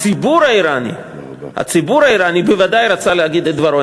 הציבור האיראני בוודאי רצה להגיד את דברו,